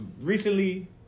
Recently